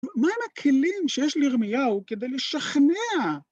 מה עם הכלים שיש לרמיהו כדי לשכנע?